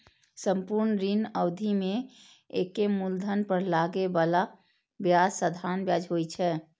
संपूर्ण ऋण अवधि मे एके मूलधन पर लागै बला ब्याज साधारण ब्याज होइ छै